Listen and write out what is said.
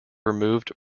removed